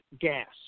gas